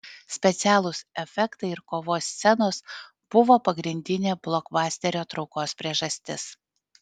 specialūs efektai ir kovos scenos buvo pagrindinė blokbasterio traukos priežastis